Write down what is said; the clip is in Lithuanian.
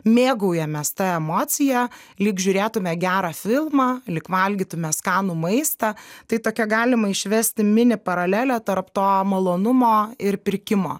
mėgaujamės ta emocija lyg žiūrėtume gerą filmą lyg valgytume skanų maistą tai tokią galima išvesti mini paralelę tarp to malonumo ir pirkimo